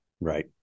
Right